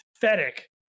pathetic